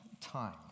time